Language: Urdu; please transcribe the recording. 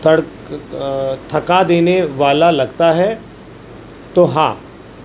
ترک تھکا دینے والا لگتا ہے تو ہاں